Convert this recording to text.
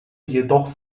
jedoch